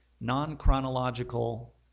non-chronological